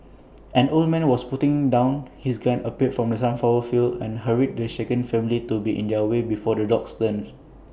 an old man who was putting down his gun appeared from the sunflower fields and hurried the shaken family to be on their way before the dogs return